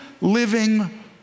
living